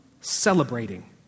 celebrating